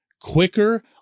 quicker